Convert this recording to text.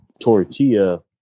tortilla